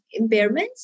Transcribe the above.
impairments